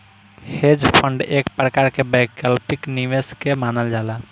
hedge fund एक प्रकार के वैकल्पिक निवेश के मानल जाला